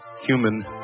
human